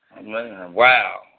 Wow